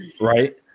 Right